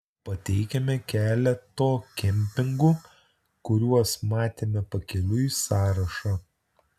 pateikiame keleto kempingų kuriuos matėme pakeliui sąrašą